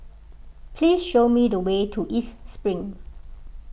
please show me the way to East Spring